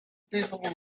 people